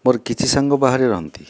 ମୋର କିଛି ସାଙ୍ଗ ବାହାରେ ରୁହନ୍ତି